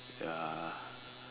ya